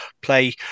play